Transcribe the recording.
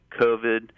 COVID